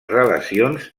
relacions